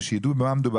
כדי שיידעו על מה מדובר.